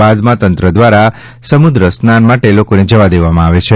બાદમાં તંત્ર દ્વારા સમુદ્ર સ્નાન માટે લોકોને જવા દેવામાં આવે છે